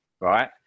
right